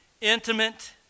intimate